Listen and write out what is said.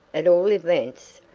at all events,